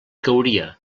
cauria